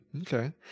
Okay